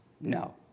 no